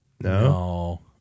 no